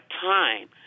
time